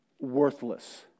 worthless